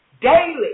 Daily